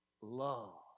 love